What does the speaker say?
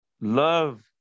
love